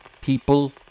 people